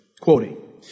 quoting